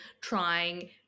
trying